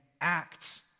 acts